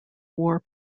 war